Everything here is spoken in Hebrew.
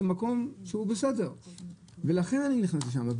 זה מקום שהוא בסדר ולכן אני נכנס לשם.